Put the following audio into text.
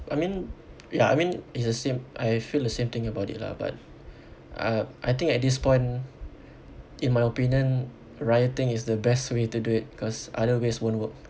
I mean ya I mean it's the same I feel the same thing about it lah but uh I think at this point in my opinion rioting is the best way to do it cause other ways won't work